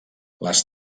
les